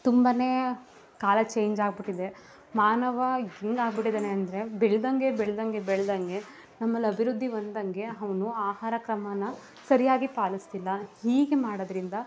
ತುಂಬ ಕಾಲ ಚೇಂಜ್ ಆಗಿಬಿಟ್ಟಿದೆ ಮಾನವ ಹೆಂಗಾಗ್ಬಿಟ್ಟಿದಾನೆ ಅಂದರೆ ಬೆಳೆದಂಗೆ ಬೆಳೆದಂಗೆ ಬೆಳೆದಂಗೆ ನಮ್ಮಲಿ ಅಭಿವೃದ್ದಿ ಹೊಂದಂಗೆ ಅವ್ನು ಆಹಾರ ಕ್ರಮಾನ ಸರಿಯಾಗಿ ಪಾಲಿಸ್ತಿಲ್ಲ ಹೀಗೆ ಮಾಡೋದ್ರಿಂದ